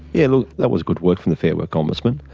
you know that was good work from the fair work ombudsman.